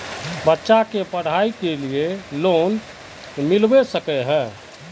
बच्चा के पढाई के लिए लोन मिलबे सके है?